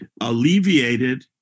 alleviated